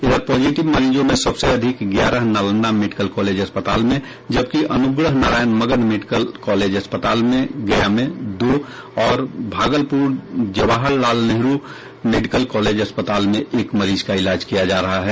इधर पॉजिटिव मरीजों में सबसे अधिक ग्यारह नालंदा मेडिकल कॉलेज अस्पताल में जबकि अनुग्रह नारायण मगध मेडिकल कॉलेज अस्पताल गया में दो और भागलपूर जवाहरलाल नेहरू मेडिकल कॉलेज अस्पताल में एक मरीज का इलाज किया जा रहा है